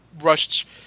rushed